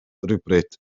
rhywbryd